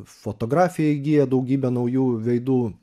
fotografija įgyja daugybę naujų veidų